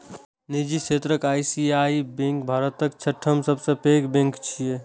निजी क्षेत्रक आई.सी.आई.सी.आई बैंक भारतक छठम सबसं पैघ बैंक छियै